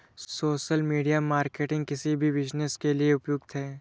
social media marketing किसी भी business के लिए उपयुक्त है